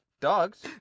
Dogs